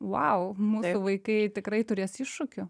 vau mūsų vaikai tikrai turės iššūkių